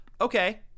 Okay